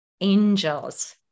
angels